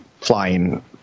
flying